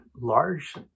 large